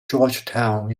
georgetown